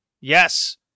yes